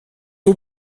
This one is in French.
aux